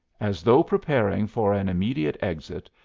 as though preparing for an immediate exit,